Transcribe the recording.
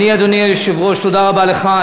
אדוני היושב-ראש, תודה רבה לך.